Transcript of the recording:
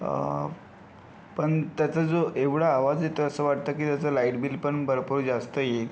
पण त्याचा जो एवढा आवाज येतो असं वाटतं की त्याचं लाईट बिल पण भरपूर जास्त येईल